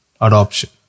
Adoption